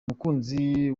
umukunzi